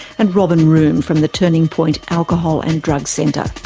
and robin room from the turning point alcohol and drug centre.